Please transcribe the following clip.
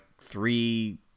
three